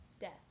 Death